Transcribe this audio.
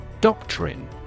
Doctrine